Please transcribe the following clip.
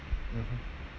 mmhmm